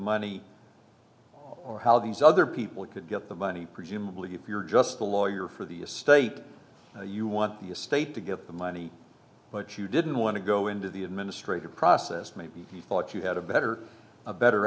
money or how these other people could get the money presumably if you're just a lawyer for the estate you want your state to get the money but you didn't want to go into the administrative process maybe you thought you had a better a better